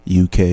UK